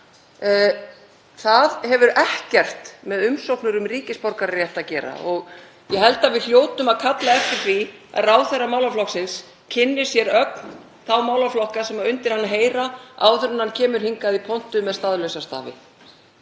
hefur ekkert með umsóknir um ríkisborgararétt að gera. Ég held að við hljótum að kalla eftir því að ráðherra málaflokksins kynni sér ögn þá málaflokka sem undir hann heyra áður en hann kemur hingað í pontu með staðlausa stafi.